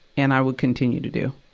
and i will continue to do.